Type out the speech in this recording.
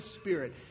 Spirit